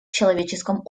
человеческом